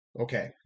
Okay